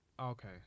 Okay